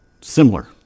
Similar